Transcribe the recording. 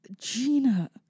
Gina